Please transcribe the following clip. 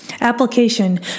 Application